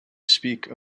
speak